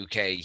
UK